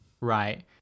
Right